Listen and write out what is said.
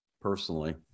personally